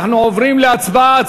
אנחנו עוברים להצבעה,